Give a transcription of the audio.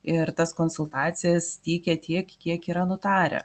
ir tas konsultacijas teikia tiek kiek yra nutarę